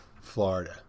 Florida